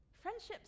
Friendships